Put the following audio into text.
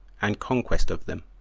and conquest of them.